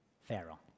Pharaoh